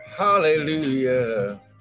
hallelujah